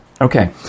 Okay